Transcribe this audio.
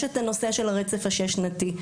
יש את הנושא של הרצף השש שנתי.